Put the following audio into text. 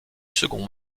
second